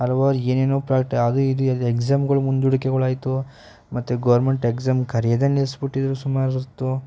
ಹಲವಾರು ಏನೇನೋ ಅದು ಇದು ಎಕ್ಸಾಮ್ಗಳು ಮುಂದೂಡಿಕೆಗಳಾಯಿತು ಮತ್ತೆ ಗೋರ್ಮೆಂಟ್ ಎಕ್ಸಾಮ್ ಕರೆಯೋದೇ ನಿಲ್ಲಿಸ್ಬಿಟ್ಟಿದ್ರು ಸುಮಾರೊತ್ತು